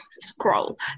scroll